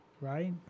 Right